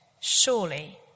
Surely